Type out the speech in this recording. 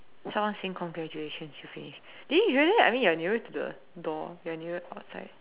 someone saying congratulation she finished did you hear that I mean you're nearer to the door you're nearer outside